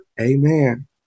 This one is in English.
Amen